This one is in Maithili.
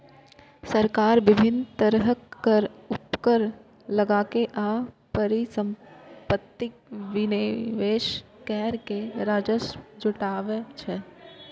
सरकार विभिन्न तरहक कर, उपकर लगाके आ परिसंपत्तिक विनिवेश कैर के राजस्व जुटाबै छै